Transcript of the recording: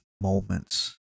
moments